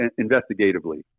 investigatively